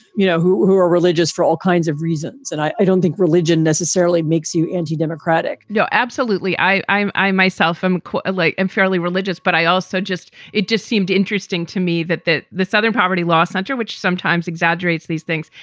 you know, who who are religious for all kinds of reasons. and i don't think religion necessarily makes you anti-democratic no, absolutely. i myself am like i'm fairly religious. but i also just it just seemed interesting to me that the the southern poverty law center, which sometimes exaggerates these things,